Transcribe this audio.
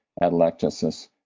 atelectasis